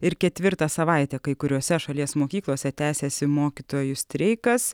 ir ketvirtą savaitę kai kuriose šalies mokyklose tęsiasi mokytojų streikas